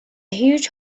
huge